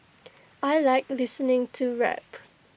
I Like listening to rap